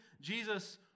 Jesus